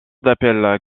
d’appel